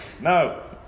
No